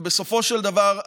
ובסופו של דבר,